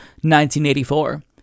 1984